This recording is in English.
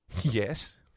Yes